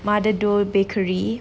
mother dough bakery